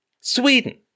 Sweden